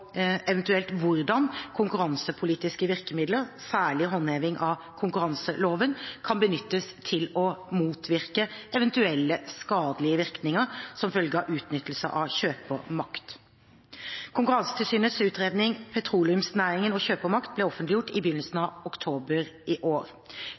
eventuelt hvordan konkurransepolitiske virkemidler, særlig håndheving av konkurranseloven, kan benyttes til å motvirke eventuelle skadelige virkninger som følge av utnyttelse av kjøpermakt. Konkurransetilsynets utredning «Petroleumsnæringen og kjøpermakt» ble offentliggjort i begynnelsen